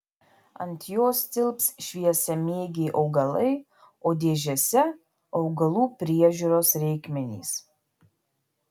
ant jos tilps šviesamėgiai augalai o dėžėse augalų priežiūros reikmenys